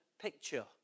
picture